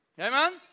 Amen